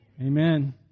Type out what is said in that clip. amen